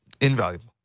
Invaluable